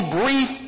brief